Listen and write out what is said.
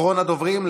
אחרון הדוברים.